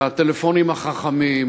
הטלפונים החכמים,